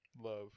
Love